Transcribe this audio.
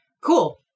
Cool